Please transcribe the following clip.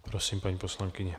Prosím, paní poslankyně.